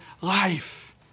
life